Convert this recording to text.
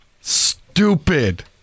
stupid